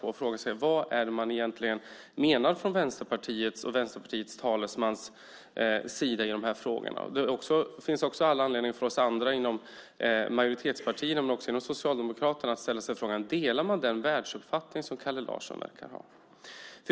Man måste fråga sig: Vad menar man egentligen från Vänsterpartiets och dess talesmans sida i de här frågorna? Det finns också all anledning för oss andra inom majoritetspartierna men också inom Socialdemokraterna att ställa frågan: Delar man den världsuppfattning som Kalle Larsson verkar ha?